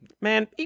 Man